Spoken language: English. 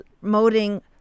promoting